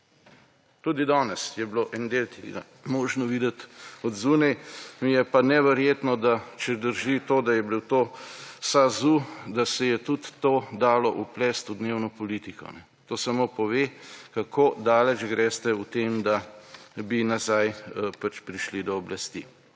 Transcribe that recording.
Tudi danes je bilo en del tega možno videti zunaj. Mi je pa neverjetno, da če drži to, da je bil to SAZU, da se je tudi to dalo vplesti v dnevno politiko. To samo pove, kako daleč greste v tem, da bi nazaj pač prišli do oblasti.